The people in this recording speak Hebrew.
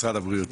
משרד הבריאות